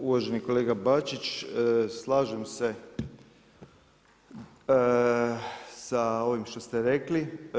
Uvaženi kolega Bačić, slažem se sa ovim što ste rekli.